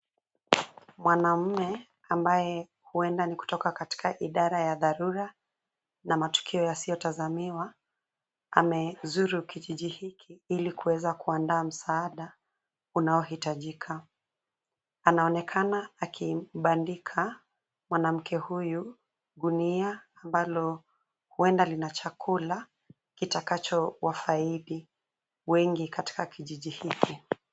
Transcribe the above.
Mwanamme ambaye huenda ni kutoka katika idara ya dharura na matukio yasiyotazamiwa amezuru kijiji hiki ili kuweza kuandaa msaada unaohitajika. Anaonekana akibandika mwanamke huyu gunia ambalo huenda lina chakula kitakacho wafaidi wengi katika kijiji hiki.